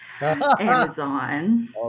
Amazon